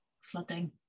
flooding